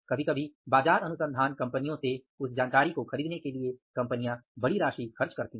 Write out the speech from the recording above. कभी कभी बाजार अनुसंधान कंपनियों से उस जानकारी को खरीदने के लिए कंपनियां बड़ी राशि खर्च करती हैं